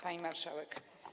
Pani Marszałek!